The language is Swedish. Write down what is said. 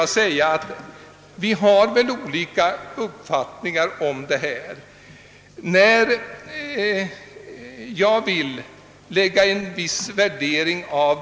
Vi har väl olika uppfattningar om den saken.